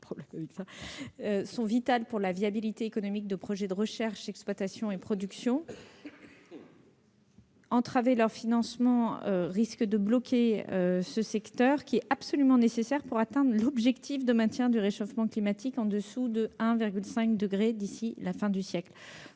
-sont vitales pour la viabilité économique de certains projets de recherche, d'exploitation et de production. Entraver leur financement risque donc de bloquer ce secteur, qui est absolument indispensable pour atteindre l'objectif de limitation du réchauffement climatique au-dessous de 1,5 degré d'ici à la fin du siècle.